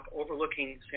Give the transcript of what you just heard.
overlooking